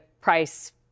price